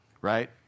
right